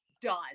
done